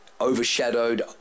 overshadowed